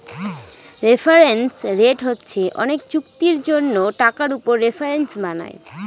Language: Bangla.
রেফারেন্স রেট হচ্ছে অনেক চুক্তির জন্য টাকার উপর রেফারেন্স বানায়